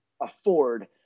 afford